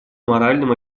моральным